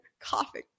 coughing